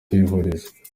kwivuriza